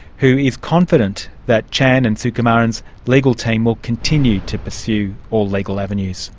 who is confident that chan and sukumaran's legal team will continue to pursue all legal avenues